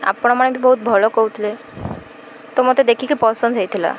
ଆପଣମାନେ ବି ବହୁତ ଭଲ କହୁଥିଲେ ତ ମତେ ଦେଖିକି ପସନ୍ଦ ହେଇଥିଲା